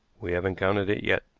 we haven't counted it yet,